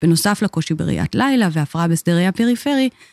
בנוסף לקושי בראיית לילה והפרעה בשדה ראייה פריפרי.